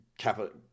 capital